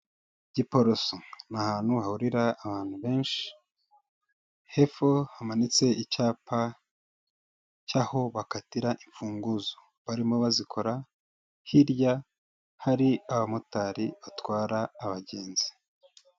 Giporoso ni ahantu hahurira abantu benshi, hepfo hamanitse icyapa cy'aho bakatira imfunguzo, barimo bazikora, hirya hari abamotari batwara abagenzi.